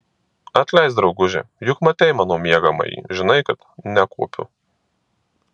atleisk drauguže juk matei mano miegamąjį žinai kad nekuopiu